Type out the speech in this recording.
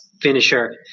finisher